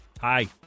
Hi